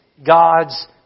God's